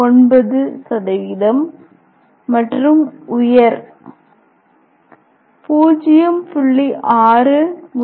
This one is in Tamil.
59 மற்றும் உயர் 0